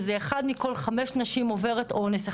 שזה אחת מכל חמש נשים עוברת אונס,